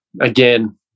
Again